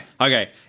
Okay